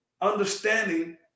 Understanding